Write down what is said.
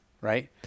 right